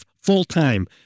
full-time